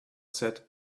said